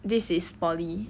this is poly